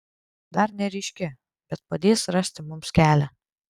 dar neryški bet padės rasti mums kelią